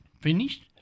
finished